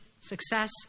success